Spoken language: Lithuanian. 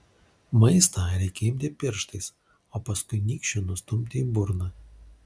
maistą reikia imti pirštais o paskui nykščiu nustumti į burną